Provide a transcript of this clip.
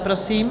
Prosím.